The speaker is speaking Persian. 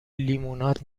لیموناد